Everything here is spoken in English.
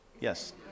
Yes